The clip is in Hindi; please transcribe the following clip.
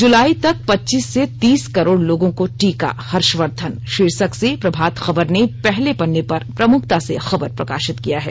जूलाई तक पच्चीस से तीस करोड़ लोगों को टीका हर्शवर्घन भाीर्शक से प्रभात खबर ने पहले पन्ने पर प्रमुखता से खबर प्रका ात किया है